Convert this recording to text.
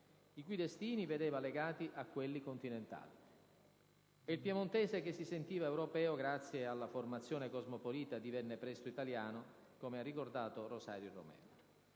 i cui destini vedeva legati a quelli continentali: e il piemontese che si sentiva europeo grazie alla formazione cosmopolita divenne presto italiano, come ha ricordato Rosario Romeo.